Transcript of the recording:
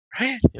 Right